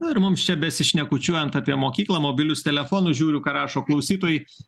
na ir mums čia besišnekučiuojant apie mokyklą mobilius telefonus žiūriu ką rašo klausytojai